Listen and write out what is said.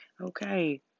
Okay